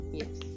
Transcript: yes